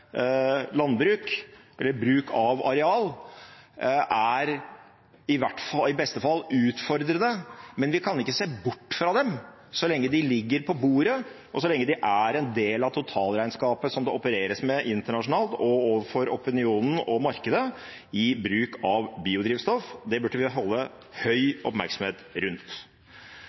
bruk av areal i beste fall er utfordrende, men vi kan ikke se bort fra dem så lenge de ligger på bordet, og så lenge de er en del av totalregnskapet, som det opereres med internasjonalt og overfor opinionen og markedet, i bruk av biodrivstoff. Det burde vi holde høy oppmerksomhet rundt.